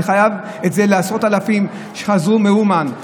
אני חייב את זה לעשרות אלפים שחזרו מאומן.